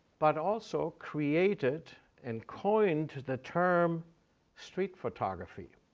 but also created and coined the term street photography,